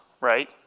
right